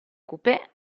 coupé